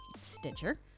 Stitcher